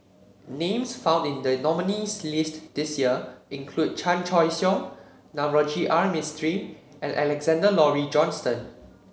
names found in the nominees' list this year include Chan Choy Siong Navroji R Mistri and Alexander Laurie Johnston